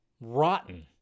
rotten